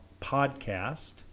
Podcast